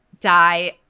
die